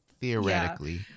theoretically